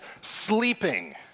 sleeping